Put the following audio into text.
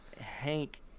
hank